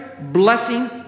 blessing